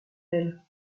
elle